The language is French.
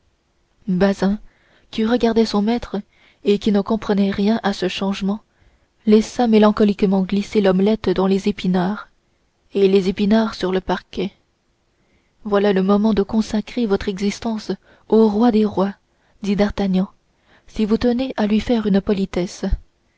bazin qui regardait son maître et qui ne comprenait rien à ce changement laissa mélancoliquement glisser l'omelette dans les épinards et les épinards sur le parquet voilà le moment de consacrer votre existence au roi des rois dit d'artagnan si vous tenez à lui faire une politesse